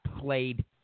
played